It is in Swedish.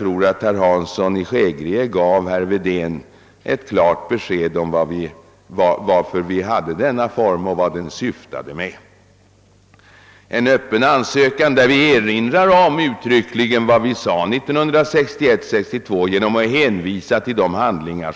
Herr Hansson i Skegrie tycker jag gav herr Wedén klart besked om varför vi valde den formen och vart den syftade. I denna vår öppna ansökan erinrade vi uttryckligen om vad vi sagt 1961—1962 och hänvisade till de handlingar